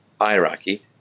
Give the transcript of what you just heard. hierarchy